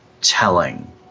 telling